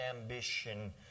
ambition